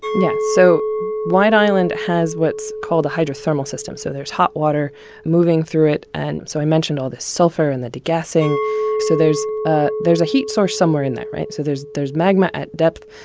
yeah. so white island has what's called a hydrothermal system, so there's hot water moving through it. and so i mentioned all the sulfur and the degassing. so there's ah there's a heat source somewhere in that, right? so there's there's magma at depth,